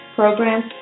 programs